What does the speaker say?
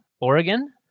Oregon